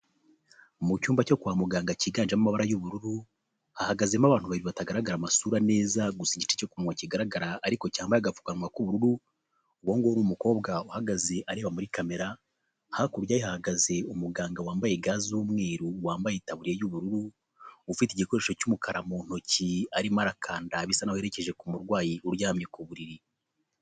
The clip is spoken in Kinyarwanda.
Mu cyumba cyo kwa muganga cyiganjemo amabara y'ubururu ahagazemo abantu babiri batagaragara amasura neza gusa igice cyo ku munwa kigaragara ariko cyambaye agapfukawa k'ubururu, uwo nguwo ni umukobwa uhagaze areba muri kamera, hakurya yahagaze umuganga wambaye ga z'umweru wambaye itaburi y'ubururu ufite igikoresho cy'umukara mu ntoki arimo arakanda bisa nawe yeherekeje ku murwayi uryamye ku buriri.